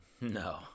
no